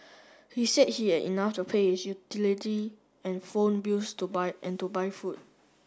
he said he had enough to pay utility and phone bills to buy and to buy food